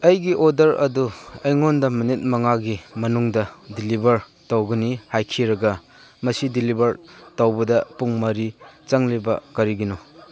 ꯑꯩꯒꯤ ꯑꯣꯔꯗꯔ ꯑꯗꯨ ꯑꯩꯉꯣꯟꯗ ꯃꯤꯅꯤꯠ ꯃꯉꯥꯒꯤ ꯃꯅꯨꯡꯗ ꯗꯤꯂꯤꯚꯔ ꯇꯧꯒꯅꯤ ꯍꯥꯏꯈꯤꯔꯒ ꯃꯁꯤ ꯗꯤꯂꯤꯚꯔ ꯇꯧꯕꯗ ꯄꯨꯡ ꯃꯔꯤ ꯆꯪꯂꯤꯕ ꯀꯔꯤꯒꯤꯅꯣ